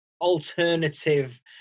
alternative